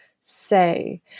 say